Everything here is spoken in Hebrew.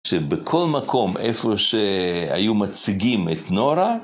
שבכל מקום, איפה שהיו מציגים את נורה,